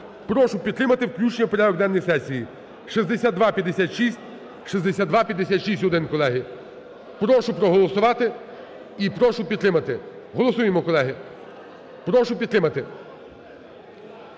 Прошу підтримати включення в порядок денний сесії 6256, 6256-1, колеги. Прошу проголосувати і прошу підтримати. Голосуємо, колеги. Прошу підтримати.